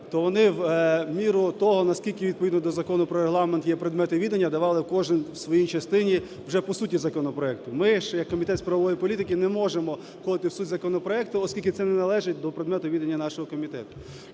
то вони в міру того, наскільки відповідно до Закону про Регламент є предмети відання, давали кожен в своїй частині вже по суті законопроекту. Ми ж як комітет з правової політики не можемо входити в суть законопроекту, оскільки це не належить до предмету відання нашого комітету.